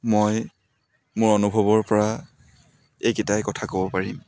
মই মোৰ অনুভৱৰ পৰা এইকেইটাই কথা ক'ব পাৰিম